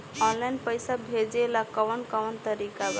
Online पइसा भेजेला कवन कवन तरीका बा?